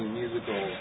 musical